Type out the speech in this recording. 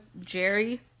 Jerry